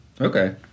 Okay